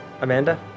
Amanda